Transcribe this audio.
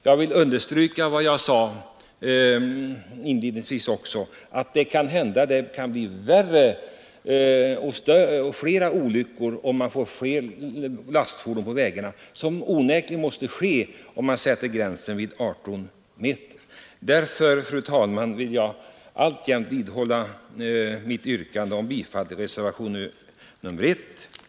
Jag vill också understryka vad jag inledningsvis sade, att det kan bli fler och värre olyckor om man får fler lastfordon på vägarna, vilket onekligen blir fallet om man sätter gränsen vid 18 meter. Därför vill jag, fru talman, alltjämt vidhålla mitt yrkande om bifall till reservationen 1.